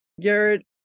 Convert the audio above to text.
Garrett